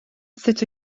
sut